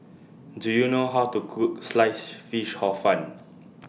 Do YOU know How to Cook Sliced Fish Hor Fun